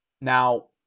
Now